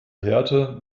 härte